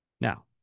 Now